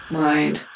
mind